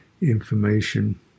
Information